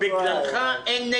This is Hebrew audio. כולם רוצים להתחיל לעבוד